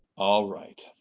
all right,